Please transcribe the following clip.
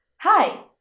hi